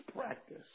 practice